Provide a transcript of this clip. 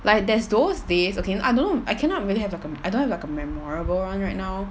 like theres those days okay I don't know I cannot really have like a I don't have like a memorable one right now